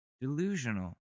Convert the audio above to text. delusional